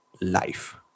life